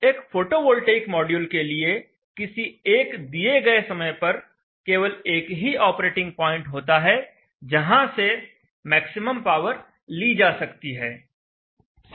एक photovoltaic module के लिए किसी एक दिए गए समय पर केवल एक ही ऑपरेटिंग पॉइंट होता है जहां से मैक्सिमम पावर ली जा सकती है